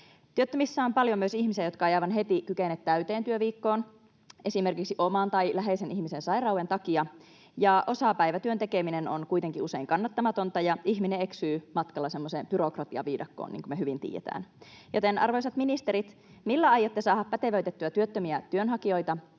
Työttömissä on paljon myös ihmisiä, jotka eivät aivan heti kykene täyteen työviikkoon, esimerkiksi oman tai läheisen ihmisen sairauden takia. Osapäivätyön tekeminen on kuitenkin usein kannattamatonta, ja ihminen eksyy matkalla semmoiseen byrokratiaviidakkoon, niin kuin me hyvin tiedetään. Joten, arvoisat ministerit, millä aiotte saada pätevöitettyä työttömiä työnhakijoita